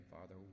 Father